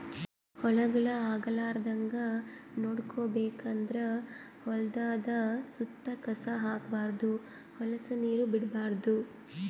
ಹುಳಗೊಳ್ ಆಗಲಾರದಂಗ್ ನೋಡ್ಕೋಬೇಕ್ ಅಂದ್ರ ಹೊಲದ್ದ್ ಸುತ್ತ ಕಸ ಹಾಕ್ಬಾರ್ದ್ ಹೊಲಸ್ ನೀರ್ ಬಿಡ್ಬಾರ್ದ್